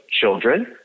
children